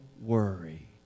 worry